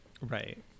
right